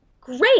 great